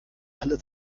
alle